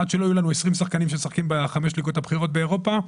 עד שלא יהיו לנו 20 שחקנים שמשחקים בחמש ליגות הבכירות באירופה,